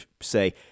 say